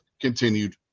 continued